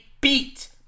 beat